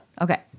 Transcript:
okay